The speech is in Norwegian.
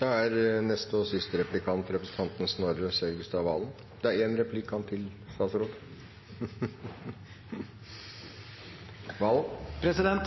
Da er neste og siste replikant representanten Snorre Serigstad Valen. Det er én replikk fra han til statsråden.